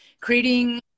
creating